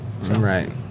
Right